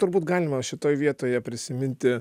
turbūt galima šitoj vietoje prisiminti